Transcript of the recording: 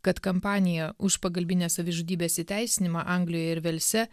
kad kampanija už pagalbinės savižudybės įteisinimą anglijoje ir velse